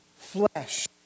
flesh